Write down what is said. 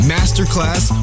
Masterclass